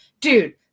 dude